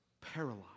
paralyzed